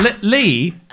Lee